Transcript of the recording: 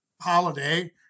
holiday